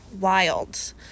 wild